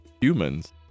humans